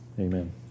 Amen